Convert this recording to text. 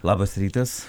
labas rytas